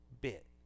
bit